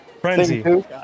Frenzy